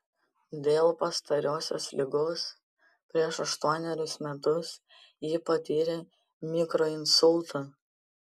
dėl pastarosios ligos prieš aštuonerius metus ji patyrė mikroinsultą